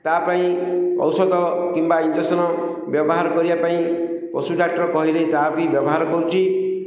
ତା'ପାଇଁ ଔଷଧ କିମ୍ବା ଇଞ୍ଜେକ୍ସନ୍ ବ୍ୟବହାର କରିବା ପାଇଁ ପଶୁ ଡାକ୍ଟର କହିଲେ ତା' ବି ବ୍ୟବହାର କରୁଛି